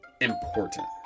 important